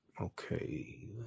Okay